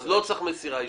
לא צריך מסירה אישית.